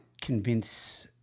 convince